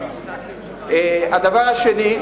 הדבר השני,